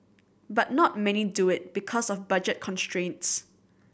but not many do it because of budget constraints